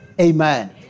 Amen